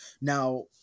Now